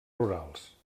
rurals